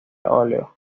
óleo